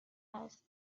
است